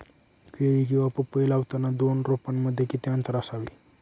केळी किंवा पपई लावताना दोन रोपांमध्ये किती अंतर असावे?